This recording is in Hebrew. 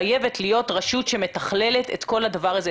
אין ספק שחייבת להיות רשות שמתכללת את כל הדבר הזה,